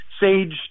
Sage